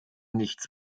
nichts